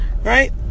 right